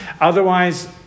Otherwise